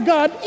God